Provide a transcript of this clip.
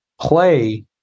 play